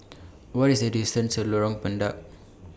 What IS The distance to Lorong Pendek